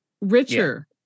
richer